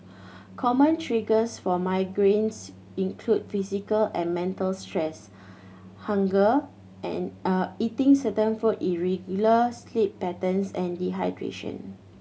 common triggers for migraines include physical and mental stress hunger and a eating certain foods irregular sleep patterns and dehydration